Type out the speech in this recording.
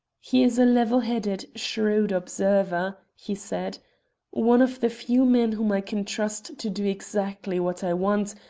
he is a level-headed, shrewd observer, he said one of the few men whom i can trust to do exactly what i want,